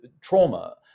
trauma